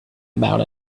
about